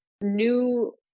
new